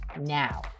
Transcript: now